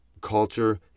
Culture